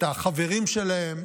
את החברים שלהם,